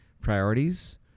priorities